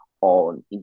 on